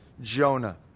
Jonah